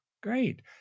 Great